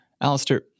Alistair